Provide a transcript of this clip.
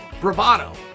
bravado